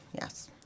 yes